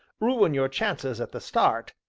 ruin your chances at the start,